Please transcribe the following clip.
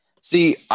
See